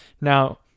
Now